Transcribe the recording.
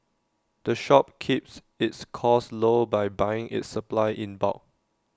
the shop keeps its costs low by buying its supplies in bulk